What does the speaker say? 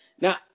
Now